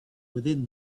within